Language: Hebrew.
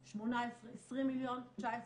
ב-18' הועברו 20 מיליון וב-19'